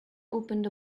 opened